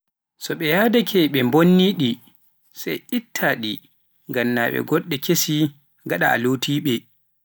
So ɓe yaadaake me mbonni ɗi, sai itta ɗi ngannɓe ngoɓɓe kis gaɗa a lotiɓee.